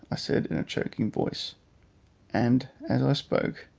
i said in a choking voice and as i spoke,